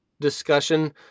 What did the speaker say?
discussion